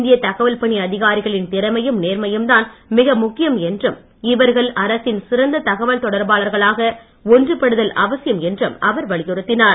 இந்திய தகவல் பணி அதிகாரிகளின் திறமையும் நேர்மையும் தான் மிக முக்கியம் என்றும் இவர்கள் அரசின் சிறந்த தகவல் தொடர்பாளர்களாக ஒன்றுபடுதல் அவசியம் என்றும் அவர் வலியுறுத்தினார்